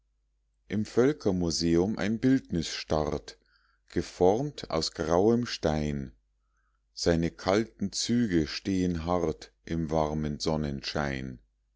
im völkermuseum ein bildnis starrt geformt aus grauem stein seine kalten züge stehen hart im warmen sonnenschein